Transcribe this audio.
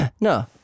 No